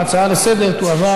ההצעה לסדר-היום תועבר,